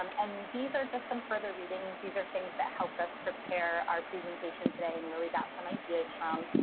um and these are just some further readings. these are things that help us prepare our presentation today and where we got some ideas from.